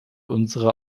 unsere